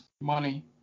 Money